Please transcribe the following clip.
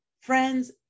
friends